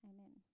Amen